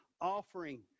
offering